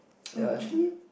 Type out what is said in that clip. oh well